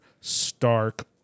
stark